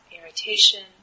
irritation